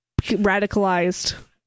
radicalized